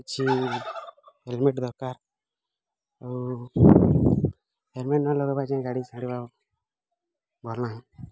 କିଛି ହେଲମେଟ୍ ଦରକାର ଆଉ ହେଲମେଟ୍ ନ ଲଗାଇବା ଯାଏ ଗାଡ଼ି ଛାଡ଼ିବାର ଭଲ୍ ନାହିଁ